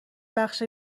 بخش